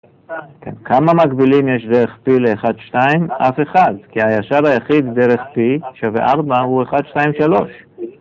כמה מגבילים יש דרך פי ל-1,2? אף אחד, כי הישר היחיד דרך פי שווה 4 הוא 1,2,3